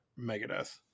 Megadeth